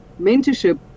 mentorship